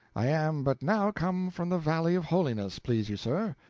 i am but now come from the valley of holiness, please you sir.